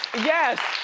yes.